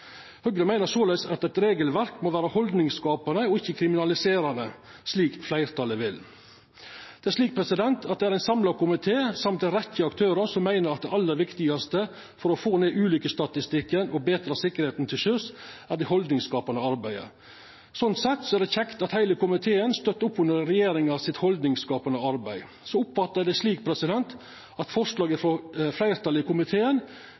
Høgre meiner såleis at eit regelverk må vera haldningsskapande og ikkje kriminaliserande, slik fleirtalet vil. Det er ein samla komité samt ei rekkje aktørar som meiner at det aller viktigaste for å få ned ulukkesstatistikken og betra sikkerheita til sjøs, er det haldningsskapande arbeidet. Sånn sett er det kjekt at heile komiteen støttar opp under regjeringa sitt haldningsskapande arbeid. Så oppfattar eg det slik at forslaget frå fleirtalet i komiteen